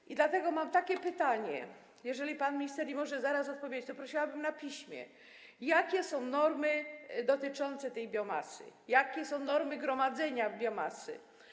I dlatego mam takie pytanie, a jeżeli pan minister nie może zaraz odpowiedzieć, to prosiłabym o odpowiedź na piśmie: Jakie są normy dotyczące tej biomasy, jakie są normy gromadzenia biomasy?